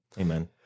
Amen